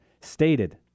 stated